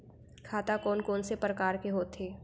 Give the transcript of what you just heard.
खाता कोन कोन से परकार के होथे?